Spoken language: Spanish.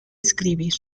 escribir